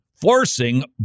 forcing